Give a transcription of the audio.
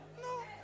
No